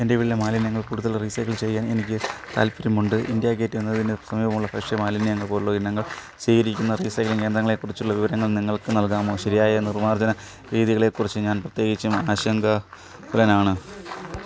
എൻ്റെ വീട്ടിലെ മാലിന്യങ്ങൾ കൂടുതൽ റീസൈക്കിൾ ചെയ്യാൻ എനിക്ക് താൽപ്പര്യമുണ്ട് ഇന്ത്യാ ഗേറ്റ് എന്നതിന് സമീപമുള്ള ഭക്ഷ്യ മാലിന്യങ്ങൾ പോലുള്ള ഇനങ്ങൾ സ്വീകരിക്കുന്ന റീസൈക്ലിംഗ് കേന്ദ്രങ്ങളെക്കുറിച്ചുള്ള വിവരങ്ങൾ നിങ്ങൾക്ക് നൽകാമോ ശരിയായ നിർമാർജന രീതികളെക്കുറിച്ച് ഞാൻ പ്രത്യേകിച്ചും ആശങ്കാ കുലനാണ്